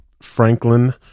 Franklin